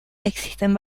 existen